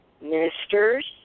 ministers